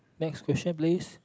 next question please